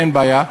אין בעיה.